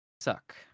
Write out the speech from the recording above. Suck